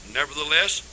nevertheless